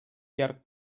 llarg